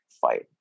fight